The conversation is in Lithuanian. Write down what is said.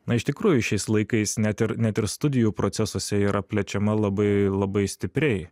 na iš tikrųjų šiais laikais net ir net ir studijų procesuose yra plečiama labai labai stipriai